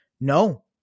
no